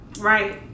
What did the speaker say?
Right